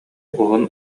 уһун